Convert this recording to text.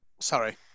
sorry